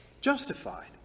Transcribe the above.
justified